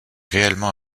réellement